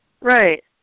Right